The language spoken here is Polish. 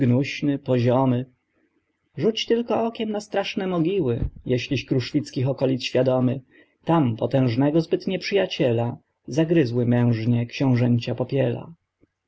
poziomy rzuć tylko okiem na straszne mogiły jeśliś kruszwickich okolic świadomy tam potężnego zbyt nieprzyjaciela zagryzły mężnie xiążęcia popiela